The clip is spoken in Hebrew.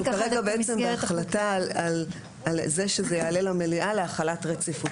אנחנו כרגע בעצם בהחלטה על זה שזה יעלה למליאה להחלת רציפות,